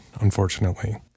unfortunately